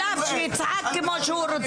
אל תתייחסי אליו, שיצעק כמה שהוא רוצה.